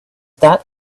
that